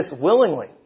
willingly